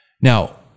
Now